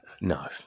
No